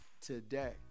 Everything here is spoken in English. today